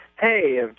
Hey